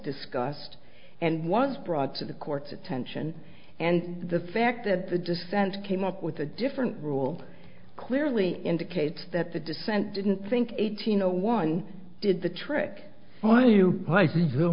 discussed and was brought to the court's attention and the fact that the defense came up with a different rule clearly indicates that the dissent didn't think eighteen no one did the trick on you